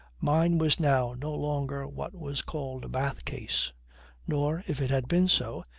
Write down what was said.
mine was now no longer what was called a bath case nor, if it had been so,